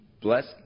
bless